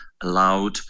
allowed